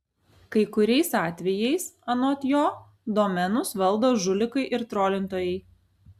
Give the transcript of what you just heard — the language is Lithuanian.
kai kuriais atvejais anot jo domenus valdo žulikai ir trolintojai